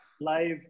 live